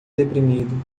deprimido